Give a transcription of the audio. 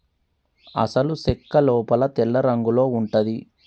అసలు సెక్క లోపల తెల్లరంగులో ఉంటది